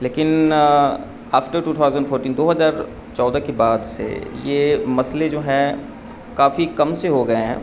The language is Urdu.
لیکن آفٹر ٹو تھاؤزینڈ فورٹین دو ہزار چودہ کے بعد سے یہ مسئلے جو ہیں کافی کم سے ہو گئے ہیں